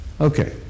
Okay